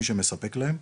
מי שמספק להם,